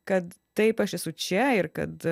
kad taip aš esu čia ir kad